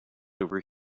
over